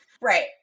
Right